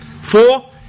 Four